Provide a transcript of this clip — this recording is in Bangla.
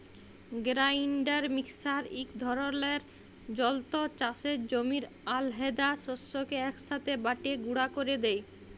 গেরাইল্ডার মিক্সার ইক ধরলের যল্তর চাষের জমির আলহেদা শস্যকে ইকসাথে বাঁটে গুঁড়া ক্যরে দেই